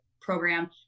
program